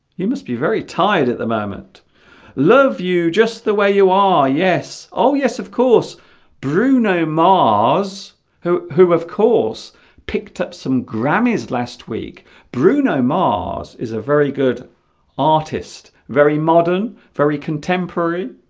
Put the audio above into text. you must be very tired at the moment love you just the way you are yes oh yes of course bruno marrs who who of course picked up some grammys last week bruno mars is a very good artist very modern very contemporary